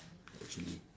actually